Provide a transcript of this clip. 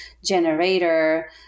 generator